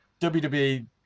WWE